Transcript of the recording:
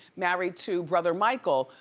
married to brother michael.